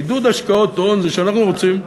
עידוד השקעות הון זה שאנחנו רוצים,